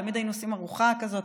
תמיד היינו עושים ארוחה כזאת,